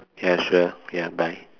ya sure ya bye